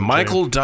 Michael